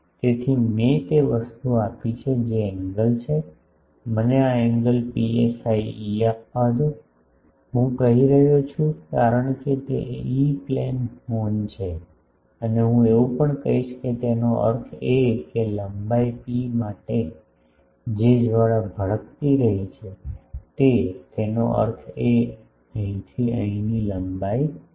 તેથી મેં તે વસ્તુ આપી છે જે એંગલ છે મને આ એંગલ psi e આપવા દો હું કહી રહ્યો છું કારણ કે તે ઇ પ્લેન હોર્ન છે અને હું એવું પણ કહીશ કે તેનો અર્થ એ કે લંબાઈ P માટે જે જ્વાળા ભડકતી રહી છે તે તેનો અર્થ એ કે અહીંથી અહીંની લંબાઈ પી છે